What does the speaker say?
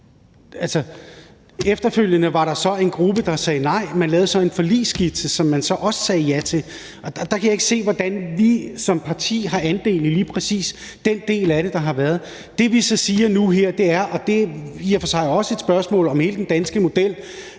Efterfølgende var der så en gruppe, der sagde nej. Man lavede så en forligsskitse, som man så også sagde ja til. Og der kan jeg ikke se, hvordan vi som parti har andel i lige præcis den del af det, der har været. Det, vi så siger nu her, er – og det er i og for sig også et spørgsmål om hele den danske model